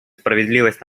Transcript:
справедливость